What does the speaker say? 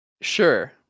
Sure